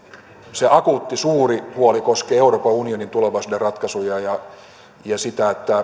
se akuutti suuri huoli koskee euroopan unionin tulevaisuuden ratkaisuja ja sitä että